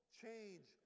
change